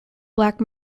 black